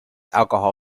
alcohol